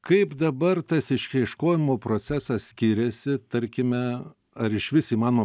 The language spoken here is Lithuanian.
kaip dabar tas išieškojimo procesas skiriasi tarkime ar išvis įmanoma